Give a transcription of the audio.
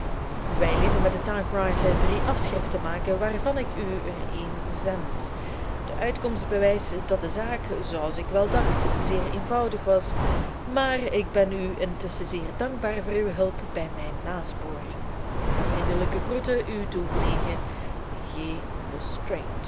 wij lieten met de type writer drie afschriften maken waarvan ik u er een zend de uitkomst bewijst dat de zaak zooals ik wel dacht zeer eenvoudig was maar ik ben u intusschen zeer dankbaar voor uw hulp bij mijn nasporing na vriendelijke groeten uw toegenegen